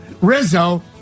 Rizzo